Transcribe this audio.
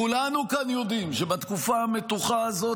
כולנו כאן יודעים שבתקופה המתוחה הזאת